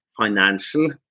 financial